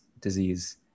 disease